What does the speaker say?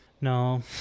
No